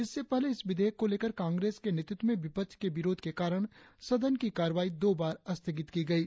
इससे पहले इस विधेयक को लेकर कांग्रेस के नेतृत्व में विपक्ष के विरोध के कारण सदन की कार्रवाई दो बार स्थगित की गयी